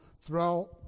throughout